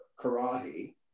karate